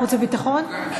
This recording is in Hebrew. חוץ וביטחון?